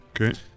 Okay